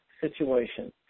situation